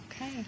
Okay